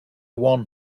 one